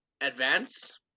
advance